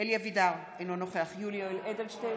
אלי אבידר, אינו נוכח יולי יואל אדלשטיין,